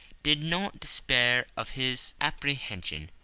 did not despair of his apprehension.